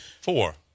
Four